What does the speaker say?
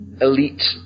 elite